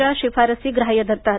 च्या शिफारस ग्राह्य धरतात